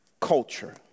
Culture